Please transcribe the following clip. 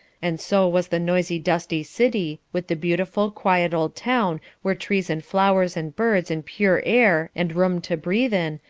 and so was the noisy, dusty city with the beautiful, quiet old town where trees and flowers and birds and pure air and room to breathe in,